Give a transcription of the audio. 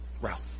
Ralph